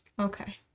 Okay